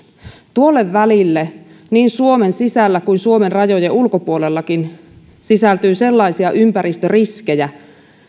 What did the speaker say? tuolle välille niin suomen sisällä kuin suomen rajojen ulkopuolellakin sisältyy sellaisia ympäristöriskejä